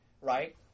right